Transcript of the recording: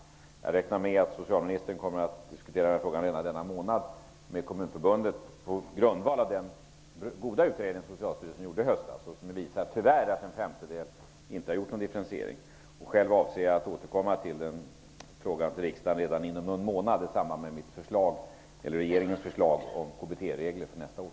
Jag räknar med att socialministern konmmer att diskutera denna fråga redan denna månad med Kommunförbundet -- på grundval av den goda utredning Socialstyrelsen gjorde i höstas. Utredningen visar tyvärr att en femtedel av kommunerna inte har gjort någon differentiering. Därför avser jag att återkomma till riksdagen i denna fråga redan inom någon månad i samband med regeringens förslag om KBT-regler för nästa år.